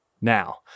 Now